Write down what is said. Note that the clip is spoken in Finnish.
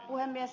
puhemies